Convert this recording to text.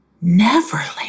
Neverland